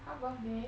她 birthday